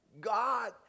God